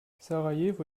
sarajevo